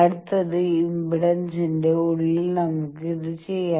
അടുത്തത് ഇംപെഡൻസിന്റെ ഉള്ളിൽ നമുക്ക് ഇത് ചെയ്യാം